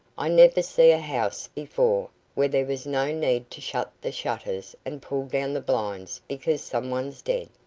i never see a house before where there was no need to shut the shutters and pull down the blinds because some one's dead.